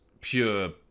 pure